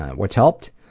what's helped?